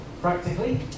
practically